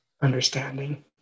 understanding